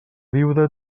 viuda